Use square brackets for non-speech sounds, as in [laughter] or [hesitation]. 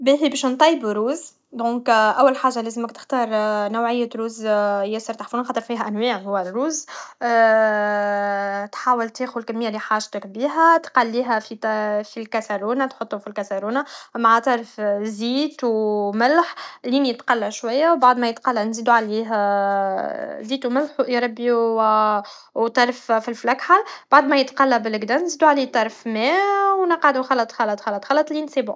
باهي باش نطيب روز دونك اول حاجة لازم تختارنوعية روز ياسر تحفونه خاطر فيها أنواع هو الروز [hesitation] تحاول تاحذ الكمية لي حاجتك بيها تفليها في ط فالكاسارونه تحطو فالكاسارونه مع طرف زيت و ملح لين يتقى شويه بعد ما يتقلى نزيدو عليه زيت و ملح و يا ربي طرف فلفل اكحل بعد ما يتقلى بلجدا نزيدو عليه طرف ما و نقعدو خلط خلط خلط خلط لين سيبون